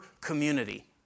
community